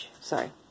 Sorry